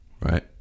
right